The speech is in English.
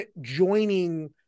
joining